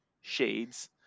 shades